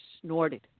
snorted